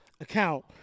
account